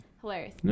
Hilarious